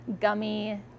gummy